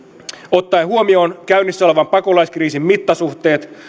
ottaen huomioon käynnissä olevan pakolaiskriisin mittasuhteet